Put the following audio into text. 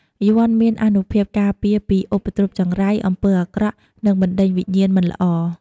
យ័ន្តមានអានុភាពការពារពីឧបទ្រពចង្រៃ អំពើអាក្រក់ និងបណ្តេញវិញ្ញាណមិនល្អ។